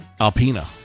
Alpina